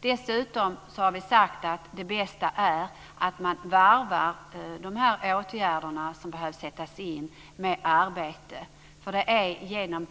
Dessutom har vi sagt att det bästa är att man varvar de åtgärder som behövs sättas in med arbete, för det är genom